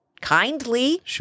kindly